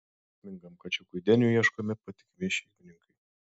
žaismingam kačiukui deniui ieškomi patikimi šeimininkai